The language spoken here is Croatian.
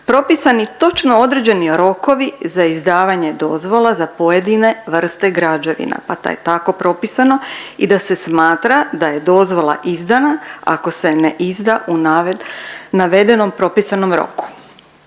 propisani točno određeni rokovi za izdavanje dozvola za pojedine vrste građevina, a da je tako propisano i da se smatra da je dozvola izdana ako se ne izda u navedenom propisanom roku.